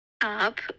up